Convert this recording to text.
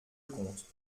compte